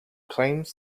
claims